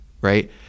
right